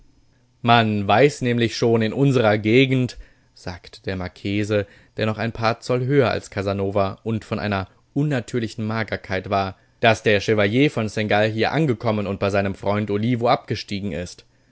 man weiß nämlich schon in unsrer gegend sagte der marchese der noch ein paar zoll höher als casanova und von einer unnatürlichen magerkeit war daß der chevalier von seingalt hier angekommen und bei seinem freund olivo abgestiegen ist